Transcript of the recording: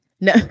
No